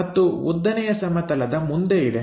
ಮತ್ತು ಉದ್ದನೆಯ ಸಮತಲದ ಮುಂದೆ ಇದೆ